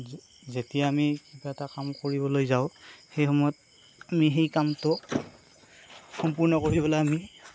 যে যেতিয়া আমি কিবা এটা কাম কৰিবলৈ যাওঁ সেই সময়ত আমি সেই কামটো সম্পূৰ্ণ কৰিবলৈ আমি